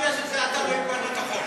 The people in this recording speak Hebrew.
רק כי זה אתה לא הפלנו את החוק.